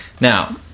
Now